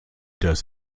das